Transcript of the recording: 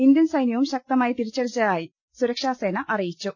Indian സൈന്യവും ശക്തമായി തിരിച്ചടിച്ചതായി സുരക്ഷാ സേന അറിയിച്ചു